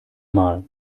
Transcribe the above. mal